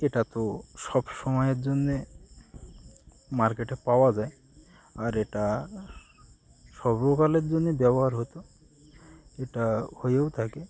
এটা তো সবসময়ের জন্যে মার্কেটে পাওয়া যায় আর এটা সর্বকালের জন্যে ব্যবহার হতো এটা হয়েও থাকে